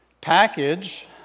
package